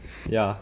ya